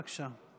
בבקשה.